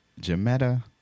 Jametta